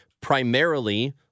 Primarily